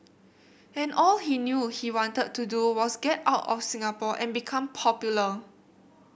and all he knew he wanted to do was get out of Singapore and become popular